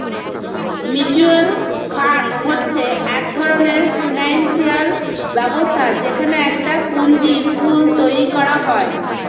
mutual fund হচ্ছে এক ধরণের ফিনান্সিয়াল ব্যবস্থা যেখানে একটা পুঁজির পুল তৈরী করা হয়